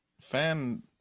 fan